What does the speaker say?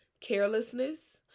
carelessness